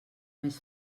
més